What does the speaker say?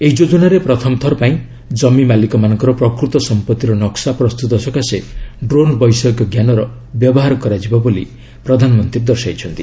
ଏହି ଯୋଜନାରେ ପ୍ରଥମ ଥରପାଇଁ ଜମିମାଲିକ ମାନଙ୍କର ପ୍ରକୃତ ସମ୍ପତ୍ତିର ନକ୍ସା ପ୍ରସ୍ତୁତ ସକାଶେ ଡ୍ରୋନ୍ ବୈଷୟିକ ଜ୍ଞାନର ବ୍ୟବହାର କରାଯିବ ବୋଲି ପ୍ରଧାନମନ୍ତ୍ରୀ ଦର୍ଶାଇଛନ୍ତି